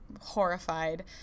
horrified